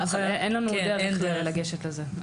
אין לנו דרך לגשת לזה.